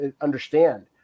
understand